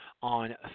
on